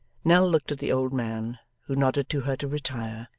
nell looked at the old man, who nodded to her to retire,